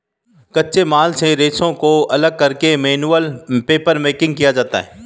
कच्चे माल से रेशों को अलग करके मैनुअल पेपरमेकिंग किया जाता है